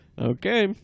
Okay